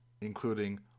including